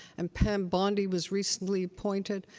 and pam bondi was recently appointed.